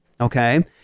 okay